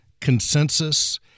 consensus